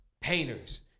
painters